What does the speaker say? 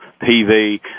PV